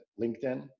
LinkedIn